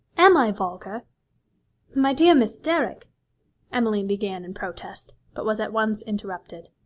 am i vulgar my dear miss derrick emmeline began in protest, but was at once interrupted.